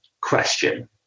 question